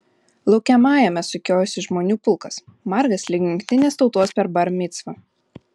laukiamajame sukiojosi žmonių pulkas margas lyg jungtinės tautos per bar micvą